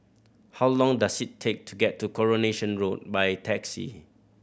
how long does it take to get to Coronation Road by taxi